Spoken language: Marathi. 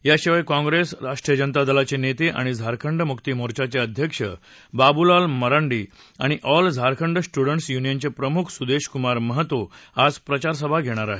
याशिवाय काँप्रेस राजदचे नेते आणि झारखंड मुक्तिमोर्चांचे अध्यक्ष बाबूलाल मरांडी आणि ऑल झारखंड स्टुटंडस् युनियनचे प्रमुख सुदेश कुमार महतो आज प्रचारसभा घेणार आहेत